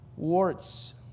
warts